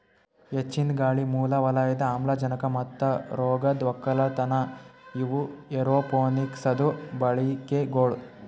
ಹೆಚ್ಚಿಂದ್ ಗಾಳಿ, ಮೂಲ ವಲಯದ ಆಮ್ಲಜನಕ ಮತ್ತ ರೋಗದ್ ಒಕ್ಕಲತನ ಇವು ಏರೋಪೋನಿಕ್ಸದು ಬಳಿಕೆಗೊಳ್